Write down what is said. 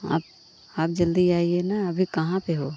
आप आप जल्दी आइए ना अभी कहाँ पर हो